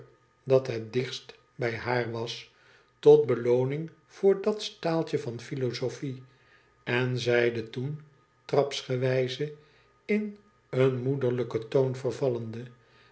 dat het dichtst bij haar was tot bck oning voor dat staaltje van philosophie en zeide toen trapsgewijze in een moederlijken toon vervallende